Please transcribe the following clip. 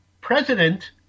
president